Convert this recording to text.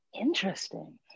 interesting